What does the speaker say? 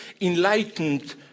enlightened